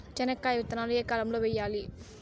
చెనక్కాయ విత్తనాలు ఏ కాలం లో వేయాలి?